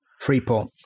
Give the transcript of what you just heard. Freeport